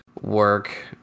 work